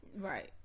Right